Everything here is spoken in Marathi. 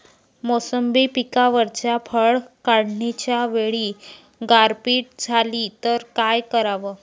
मोसंबी पिकावरच्या फळं काढनीच्या वेळी गारपीट झाली त काय कराव?